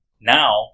now